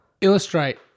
illustrate